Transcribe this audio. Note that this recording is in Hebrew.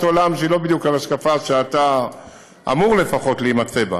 עולם שהיא לא בדיוק ההשקפה שאתה לפחות אמור להחזיק.